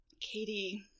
Katie